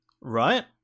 right